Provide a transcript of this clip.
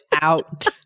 out